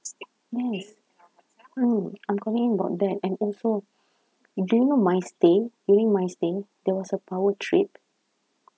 yes mm I'm calling about that and also do you know my stay during my stay there was a power trip